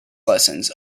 lessons